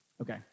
Okay